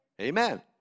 Amen